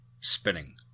Spinning